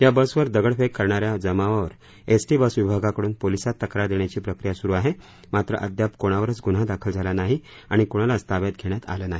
या बसवर दगडफेक करणाऱ्या जमावावर एसटी बस विभागाकडून पोलिसात तक्रार देण्याची प्रक्रिया सुरु आहे मात्र अद्याप कोणावरच गुन्हा दाखल झाला नाही आणि कुणालाच ताब्यातही घेण्यात आले नाही